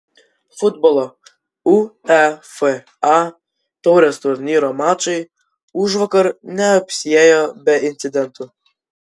futbolo uefa taurės turnyro mačai užvakar neapsiėjo be incidentų